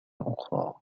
أخرى